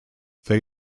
they